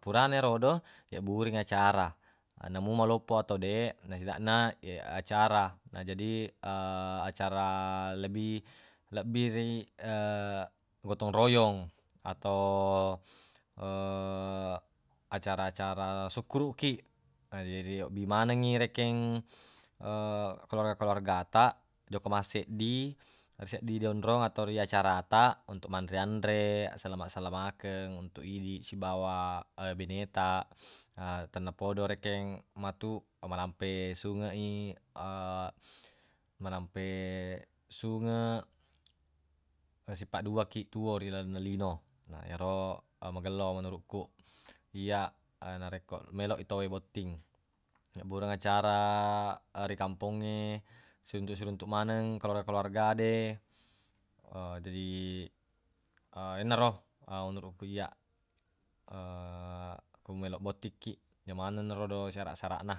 purana erodo yebbureng acara namu maloppo atau deq acara na jadi acara lebi- lebbiri gotong royong atau acara-acara sukkuruq kiq jadi yobbi manengngi rekeng keluarga-keluarga taq jokka masseddi seddi de onrong atau ri acara taq untuq manre-anre asalamaq-salamakeng untuq idi sibawa bine taq tennapodo rekeng matu malampe sungeq i malampe sungeq sipaddua kiq tuwo ri lalenna lino na yero magello menuruq ku iyya narekko meloq i tawwe botting nibbureng acara ri kampongnge siruntuq-siruntuq maneng keluarga-keluarga de jadi enaro menuruq ku iyya ku meloq botting kiq yemaneng naro syaraq-syaraq na